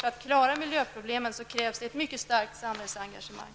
För att man skall kunna klara miljöproblemen krävs ett mycket stark samhällsengagemang.